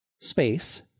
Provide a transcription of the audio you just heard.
space